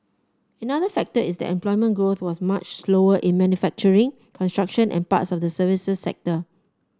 another factor is that employment growth was much slower in manufacturing construction and parts of the services sector